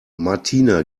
martina